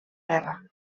guerra